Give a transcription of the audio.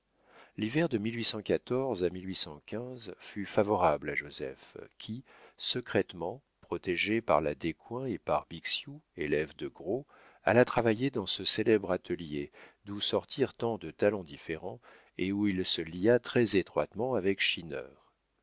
l'hiver de à fut favorable à joseph qui secrètement protégé par la descoings et par bixiou élève de gros alla travailler dans ce célèbre atelier d'où sortirent tant de talents différents et où il se lia très-étroitement avec